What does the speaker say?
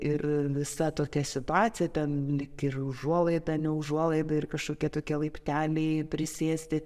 ir visa tokia situacija ten lyg ir užuolaida ne užuolaida ir kažkokie tokie laipteliai prisėsti